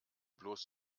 bloß